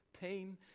pain